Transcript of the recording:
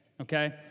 okay